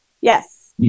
Yes